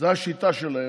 זו השיטה שלהם,